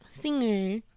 singer